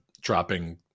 dropping